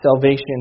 salvation